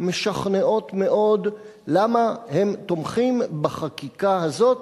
משכנעות מאוד למה הם תומכים בחקיקה הזאת,